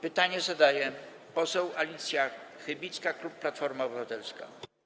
Pytanie zadaje poseł Alicja Chybicka, klub Platforma Obywatelska.